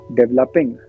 developing